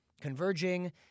converging